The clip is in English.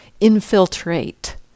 infiltrate